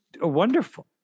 wonderful